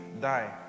die